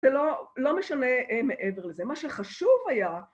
‫זה לא משנה מעבר לזה. ‫מה שחשוב היה...